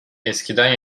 eskiden